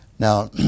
Now